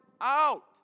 out